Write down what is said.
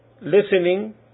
listening